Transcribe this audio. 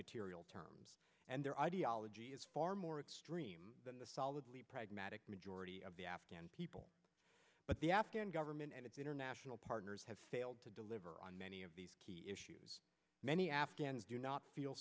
material terms and their ideology is far more extreme than the solidly pragmatic majority of the afghan people but the afghan government and its international partners have failed to deliver on many of these key issues many afghans do not feel